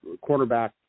quarterback